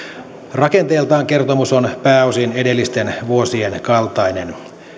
rakenteeltaan kertomus on pääosin edellisten vuosien kaltainen